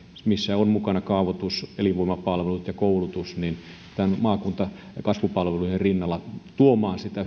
missä on mukana kaavoitus elinvoimapalvelut ja koulutus maakunta ja kasvupalvelujen rinnalla tuomaan sitä